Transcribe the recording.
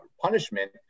punishment